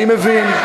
אני מבין.